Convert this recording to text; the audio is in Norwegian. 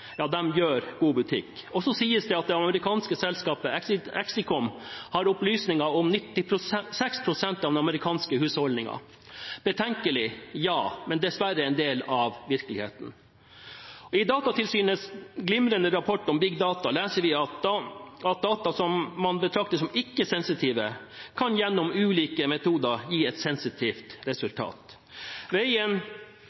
gjør god butikk. Så sies det at det amerikanske selskapet Acxiom har opplysninger om 96 pst. av amerikanske husholdninger. Betenkelig – ja – men dessverre en del av virkeligheten. I Datatilsynets glimrende rapport Big Data, leser vi at data som man betrakter som ikke-sensitive, gjennom ulike metoder kan gi et sensitivt